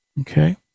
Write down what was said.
Okay